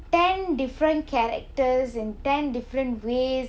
ten different characters in ten different ways